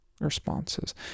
responses